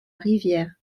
rivière